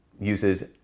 uses